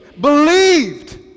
believed